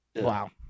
Wow